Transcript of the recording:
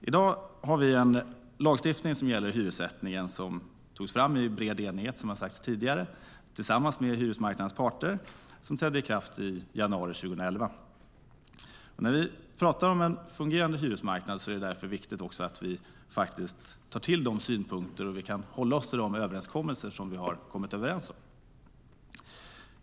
I dag har vi en lagstiftning som gäller hyressättningen som togs fram i bred enighet tillsammans med hyresmarknadens parter och som trädde i kraft i januari 2011. När vi pratar om en fungerande hyresmarknad är det därför viktigt att vi tar in synpunkter och kan hålla oss till de överenskommelser som vi har kommit överens om.